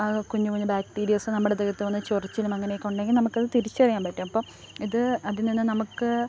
ആ കുഞ്ഞു കുഞ്ഞു ബാക്ടീരിയാസ് നമ്മുടെ ദേഹത്ത് വന്ന് ചൊറിച്ചിലും അങ്ങനെയൊക്കെ ഉണ്ടെങ്കിൽ നമുക്കത് തിരിച്ചറിയാൻ പറ്റും അപ്പം ഇത് അതിൽനിന്ന് നമുക്ക്